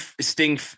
sting